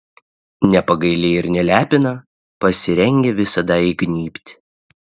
nepagaili ir nelepina pasirengę visada įgnybt